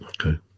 okay